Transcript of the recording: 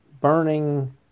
burning